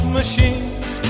machines